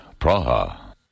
Praha